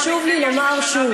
לכן חשוב לי לומר שוב,